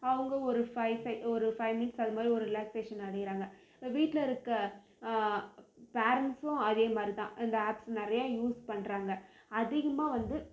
அவங்க ஒரு five five ஒரு ஃபை மினிஸ்ட் அது மாதிரி ரிலாக்ஸ்வேஷன் அடைகிறாங்க வீட்டில் இருக்க பேரன்ட்ஸும் அதே மாதிரி தான் இந்த ஆப்ஸ் நிறையா யூஸ் பண்ணுறாங்க அதிகமாக வந்து